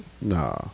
Nah